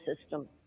system